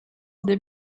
des